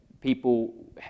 people